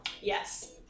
Yes